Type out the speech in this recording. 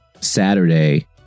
Saturday